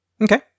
okay